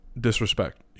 disrespect